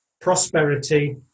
prosperity